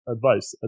Advice